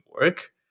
work